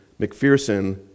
McPherson